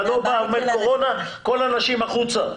אתה לא בא ואומר: קורונה, כולם האנשים החוצה.